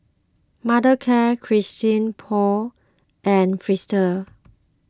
Mothercare Christian Paul and Fristine